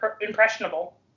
impressionable